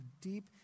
deep